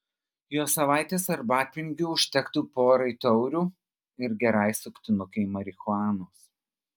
jos savaitės arbatpinigių užtektų porai taurių ir gerai suktinukei marihuanos